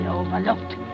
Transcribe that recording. overlooked